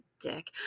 Dick